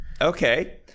Okay